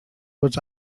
was